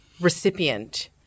recipient